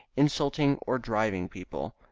insulting or driving people.